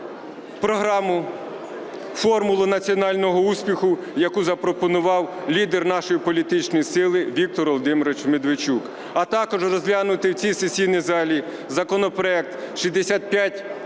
програму "Формула національного успіху", яку запропонував лідер нашої політичної сили Віктор Володимирович Медведчук, а також розглянути в цій сесійній залі законопроект 6553